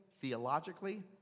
Theologically